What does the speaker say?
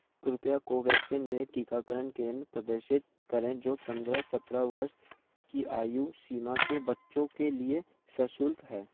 कृपया कोवैक्सीन में टीकाकरण केंद्र प्रदर्शित करें जो पन्द्रह से सत्रह वर्ष की आयु सीमा के बच्चों के लिए सशुल्क हैं